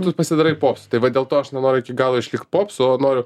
tu pasidarai pops tai vat dėl to aš nenoriu iki galo iš lyg popso noriu